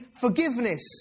forgiveness